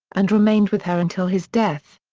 and remained with her until his death.